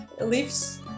leaves